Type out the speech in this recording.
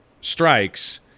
strikes